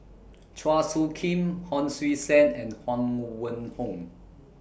Chua Soo Khim Hon Sui Sen and Huang Wenhong